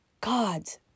God's